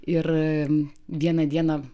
ir vieną dieną